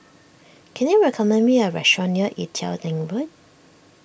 can you recommend me a restaurant near Ee Teow Leng Road